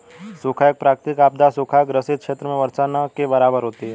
सूखा एक प्राकृतिक आपदा है सूखा ग्रसित क्षेत्र में वर्षा न के बराबर होती है